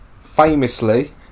famously